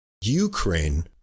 ukraine